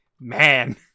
Man